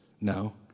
No